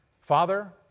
Father